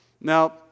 Now